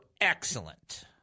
excellent